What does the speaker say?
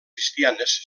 cristianes